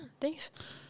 Thanks